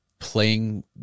playing